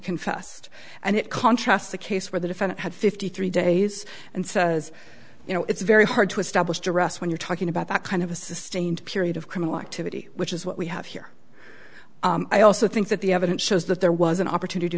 confessed and it contrasts the case where the defendant had fifty three days and says you know it's very hard to establish to rest when you're talking about that kind of a sustained period of criminal activity which is what we have here i also think that the evidence shows that there was an opportunity